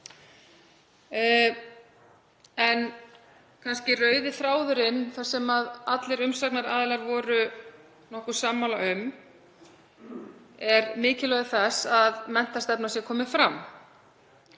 fram. Rauði þráðurinn, það sem allir umsagnaraðilar voru nokkuð sammála um, er mikilvægi þess að menntastefna sé komin fram.